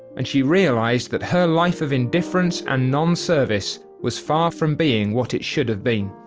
and she realized that her life of indifference and non-service was far from being what it should have been.